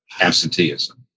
absenteeism